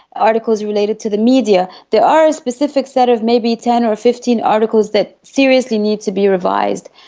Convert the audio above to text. articles related to the media, there are a specific set of maybe ten or fifteen articles that seriously need to be revised,